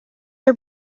are